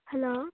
hello